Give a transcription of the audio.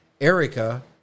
erica